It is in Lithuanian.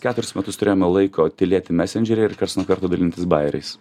keturis metus turėjome laiko tylėti mesendžeryje ir karts nuo karto dalintis bajeriais